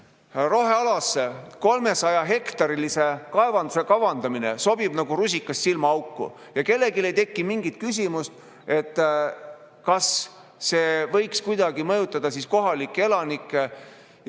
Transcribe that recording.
rohealasse 300‑hektarilise kaevanduse kavandamine sobib nagu rusikas silmaauku ja kellelgi ei teki küsimust, kas see võiks kuidagi mõjutada kohalikke elanikke.